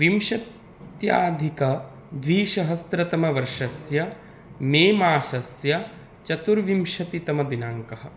विंशत्यधिकद्विसहस्रतमवर्षस्य मेमासस्य चतुर्विंशतितमदिनाङ्कः